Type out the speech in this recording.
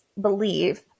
believe